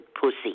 pussy